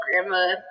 Grandma